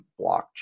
blockchain